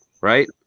Right